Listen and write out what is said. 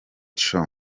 show